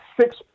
six